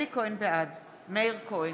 בעד מאיר כהן,